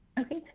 Okay